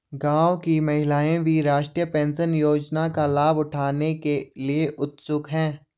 गांव की महिलाएं भी राष्ट्रीय पेंशन योजना का लाभ उठाने के लिए उत्सुक हैं